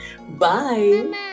Bye